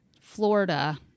Florida